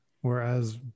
Whereas